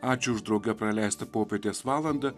ačiū už drauge praleistą popietės valandą